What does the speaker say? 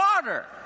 water